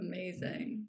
Amazing